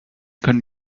können